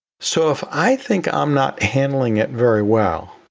so if i think i'm not handling it very well,